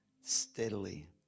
steadily